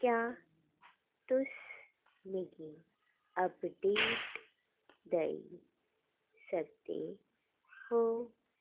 क्या तुस मिगी अपडेट देई सकदे ओ